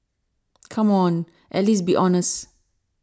come on at least be honest